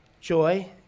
Joy